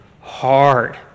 hard